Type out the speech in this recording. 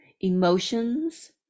emotions